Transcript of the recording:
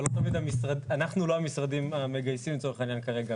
אבל אנחנו לא המשרדים המגייסים לצורך העניין כרגע.